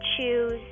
choose